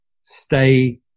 stay